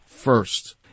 First